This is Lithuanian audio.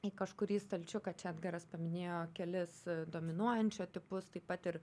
į kažkurį stalčiuką čia edgaras paminėjo kelis dominuojančio tipus taip pat ir